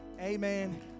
amen